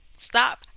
stop